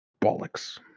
bollocks